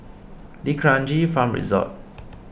D'Kranji Farm Resort